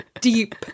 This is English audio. deep